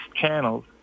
channels